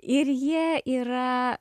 ir jie yra